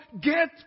get